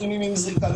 מחלימים עם זריקה,